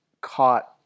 caught